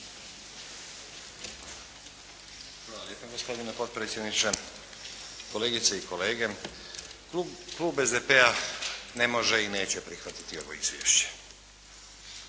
lijepa gospodine potpredsjedniče, kolegice i kolege. Klub SDP-a ne može i neće prihvatiti ovo izvješće.